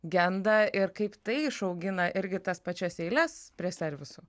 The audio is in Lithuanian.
genda ir kaip tai išaugina irgi tas pačias eiles prie servisų